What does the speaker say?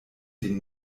den